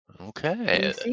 okay